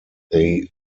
they